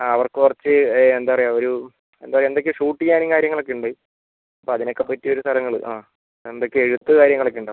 ആ അവർക്ക് കുറച്ച് എന്താണ് പറയുക ഒരു എന്താണ് പറയുക ഷൂട്ട് ചെയ്യാനും കാര്യങ്ങളും ഒക്കെ ഉണ്ട് അപ്പോൾ അതിനൊക്കെ പറ്റിയ ഒരു സ്ഥലങ്ങൾ ആ എന്തൊക്കെ എഴുത്തും കാര്യങ്ങളും ഒക്കെ ഉണ്ട് ആ